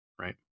right